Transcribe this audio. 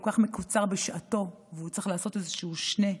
כך מקוצר בשעתו והוא צריך לעשות איזשהו שְׁנֵה,